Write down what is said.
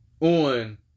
On